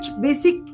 basic